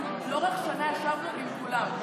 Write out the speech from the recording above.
לאורך שנה ישבנו עם כולם.